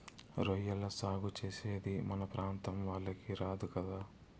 రొయ్యల సాగు చేసేది మన ప్రాంతం వాళ్లకి రాదు కదా